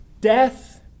death